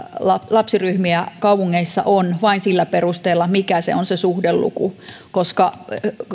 lapsiryhmiä kaupungeissa on vain sillä perusteella mikä on se suhdeluku koska